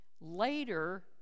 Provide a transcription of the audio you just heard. Later